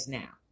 now